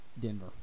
Denver